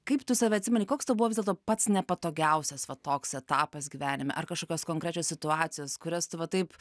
kaip tu save atsimeni koks tau buvo vis dėlto pats nepatogiausias va toks etapas gyvenime ar kažkokios konkrečios situacijos kurias va taip